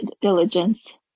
diligence